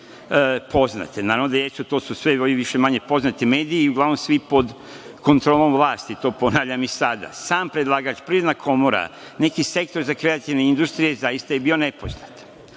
poznate, naravno da jesu, to su sve, više-manje poznati mediji i uglavnom svi pod kontrolom vlasti, i to ponavljam i sada, sam predlagač, Privredna komora, neki Sektor za kreativne industrije, zaista je bio nepoznat. Kako